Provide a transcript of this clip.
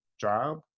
job